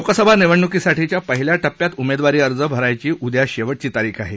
लोकसभा निवडणुकीसाठीच्या पहिल्ल्या टप्प्यात उमेदवारी अर्ज भरण्याची उद्या शेवटची तारीख आहे